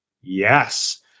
Yes